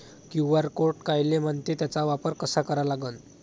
QR code कायले म्हनते, त्याचा वापर कसा करा लागन?